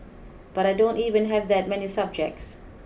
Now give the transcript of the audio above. but I don't even have that many subjects